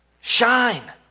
shine